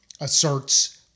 asserts